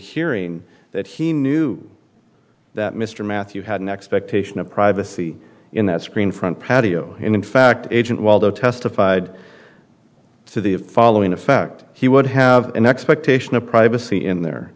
hearing that he knew that mr matthew had an expectation of privacy in that screen front patio and in fact agent while the testified to the following effect he would have an expectation of privacy in there